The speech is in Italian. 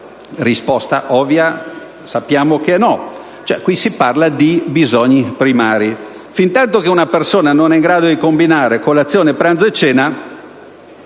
risposta ovvia è no. Qui si parla di bisogni primari. Fintanto che una persona non è in grado di combinare colazione, pranzo e cena,